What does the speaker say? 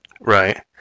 Right